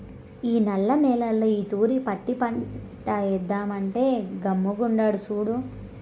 మా నల్ల నేల్లో ఈ తూరి పత్తి పంటేద్దామంటే గమ్ముగుండాడు సూడు